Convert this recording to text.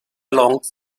along